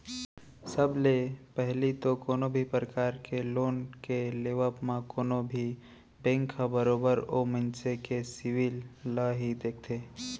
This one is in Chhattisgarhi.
सब ले पहिली तो कोनो भी परकार के लोन के लेबव म कोनो भी बेंक ह बरोबर ओ मनसे के सिविल ल ही देखथे